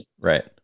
Right